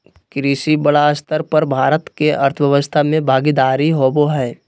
कृषि बड़ स्तर पर भारत के अर्थव्यवस्था में भागीदारी होबो हइ